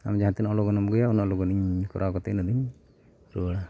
ᱟᱢ ᱡᱟᱦᱟᱸ ᱛᱤᱱᱟᱹᱜ ᱞᱚᱜᱚᱱᱮᱢ ᱟᱹᱜᱩᱭᱟ ᱩᱱᱟᱹᱜ ᱞᱚᱜᱚᱱᱤᱧ ᱠᱚᱨᱣ ᱠᱟᱛᱮᱫ ᱚᱱᱟ ᱫᱚᱧ ᱨᱩᱣᱟᱹᱲᱟ